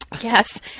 Yes